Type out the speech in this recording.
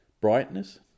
Brightness